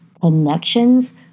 connections